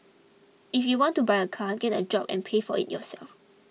if you want to buy a car get a job and pay for it yourself